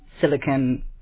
silicon